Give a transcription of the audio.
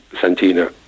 Santina